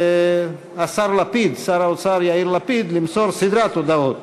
שר האוצר יאיר לפיד ימסור סדרת הודעות: